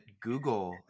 Google